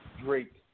Drake